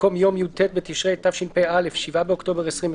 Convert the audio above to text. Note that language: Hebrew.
במקום יום י"ט בתשרי תשפ"א, 7 באוקטובר 2020,